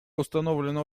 установлена